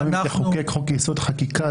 גם אם תחוקק את חוק יסוד: החקיקה,